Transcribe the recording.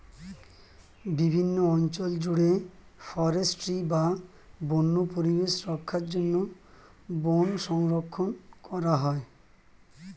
বিভিন্ন অঞ্চল জুড়ে ফরেস্ট্রি বা বন্য পরিবেশ রক্ষার জন্য বন সংরক্ষণ করা হয়